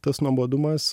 tas nuobodumas